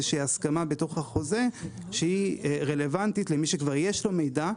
שהיא הסכמה בתוך החוזה שהיא רלוונטית למי שכבר יש לו מידע,